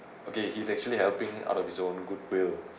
okay he's actually helping out of his own goodwill